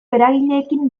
eragileekin